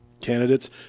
candidates